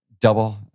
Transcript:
Double